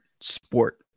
sport